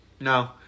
No